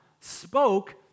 spoke